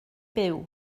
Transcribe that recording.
byw